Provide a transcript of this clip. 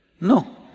No